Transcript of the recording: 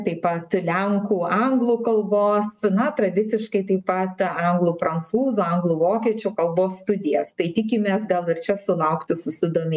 taip pat lenkų anglų kalbos na tradiciškai taip pat anglų prancūzų anglų vokiečių kalbos studijas tai tikimės gal ir čia sulaukti susidomėjimo